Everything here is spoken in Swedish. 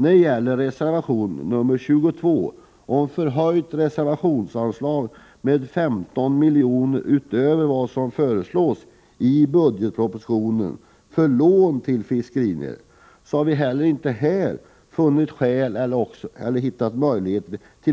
När det gäller reservation nr 22 om en höjning av reservationsanslaget med 15 miljoner för lån till fiskerinäringen utöver vad som föreslås i budgetpropositionen har vi inte heller här funnit skäl